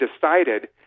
decided